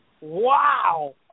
Wow